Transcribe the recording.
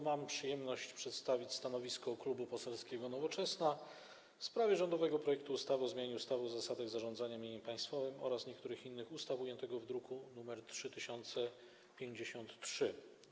Mam przyjemność przedstawić stanowisko Klubu Poselskiego Nowoczesna w sprawie rządowego projektu ustawy o zmianie ustawy o zasadach zarządzania mieniem państwowym oraz niektórych innych ustaw, druk nr 3053.